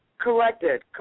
collected